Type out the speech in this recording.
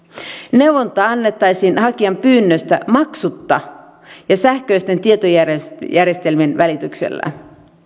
neuvontaa annettaisiin hakijan pyynnöstä maksutta ja sähköisten tietojärjestelmien välityksellä